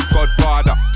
Godfather